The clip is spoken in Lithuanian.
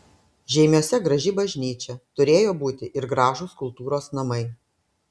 žeimiuose graži bažnyčia turėjo būti ir gražūs kultūros namai